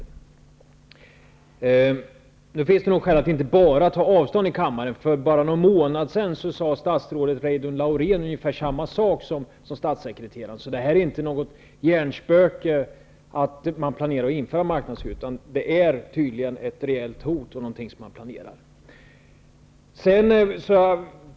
Det finns nog skäl till att inte bara ta avstånd från detta i kammaren. För bara någon månad sedan sade statsrådet Reidunn Laurén ungefär samma sak som statssekreteraren, så det är inte något hjärnspöke att man planerar att införa marknadshyror, utan det är tydligen ett reellt hot och någonting som planeras.